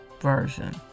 Version